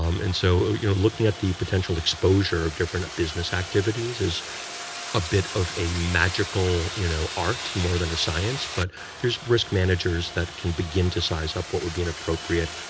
um and so you know looking at the potential exposure of different business activities is a bit of a magical you know art more than a science, but there's risk managers that can begin to size up what would be an appropriate,